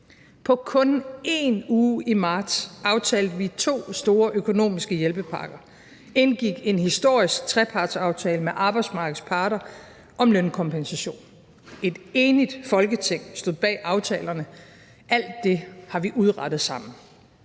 På kun én uge i marts aftalte vi to store økonomiske hjælpepakker, indgik en historisk trepartsaftale med arbejdsmarkedets parter om lønkompensation. Et enigt Folketing stod bag aftalerne. Alt det har vi udrettet sammen.